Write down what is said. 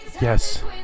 Yes